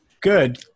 Good